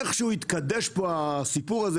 איך שהוא התקדש פה הסיפור הזה